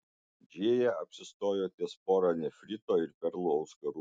džėja apsistojo ties pora nefrito ir perlų auskarų